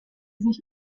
sich